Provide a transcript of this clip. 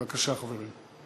בבקשה, חברים.